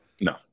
No